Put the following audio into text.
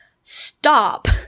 Stop